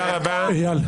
זו הצבעה בלתי חוקית.